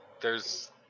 theres